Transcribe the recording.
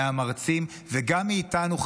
מהמרצים וגם מאיתנו,